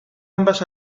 ambas